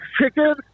chicken